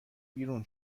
بیرون